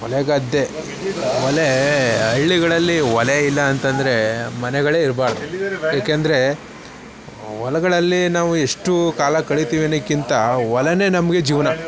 ಹೊಲ ಗದ್ದೆ ಹೊಲ ಹಳ್ಳಿಗಳಲ್ಲಿ ಹೊಲ ಇಲ್ಲ ಅಂತಂದರೆ ಮನೆಗಳೇ ಇರ್ಬಾರ್ದು ಏಕೆಂದರೆ ಹೊಲಗಳಲ್ಲಿ ನಾವು ಎಷ್ಟು ಕಾಲ ಕಳಿತೀವಿನಕ್ಕಿಂತ ಹೊಲವೇ ನಮಗೆ ಜೀವನ